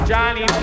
Johnny